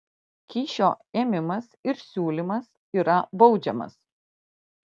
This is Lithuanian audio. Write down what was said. kyšio ėmimas ir siūlymas yra baudžiamas